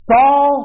Saul